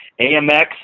AMX